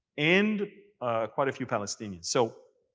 and quite a few palestinians. so